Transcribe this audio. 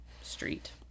Street